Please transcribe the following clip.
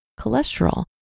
cholesterol